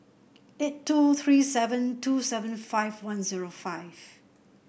eight two three seven two seven five one zero five